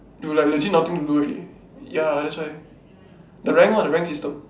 you like legit nothing to do already ya that's why the rank what the rank system